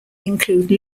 include